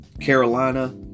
Carolina